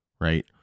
Right